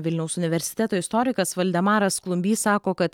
vilniaus universiteto istorikas valdemaras klumbys sako kad